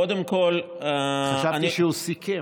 קודם כול, חשבתי שהוא סיכם.